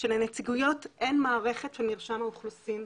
שלנציגויות אין מערכת של מרשם האוכלוסין,